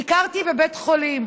ביקרתי בבית חולים